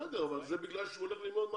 בסדר, אבל זה בגלל שהוא הולך ללמוד.